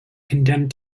condemned